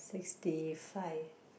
sixty five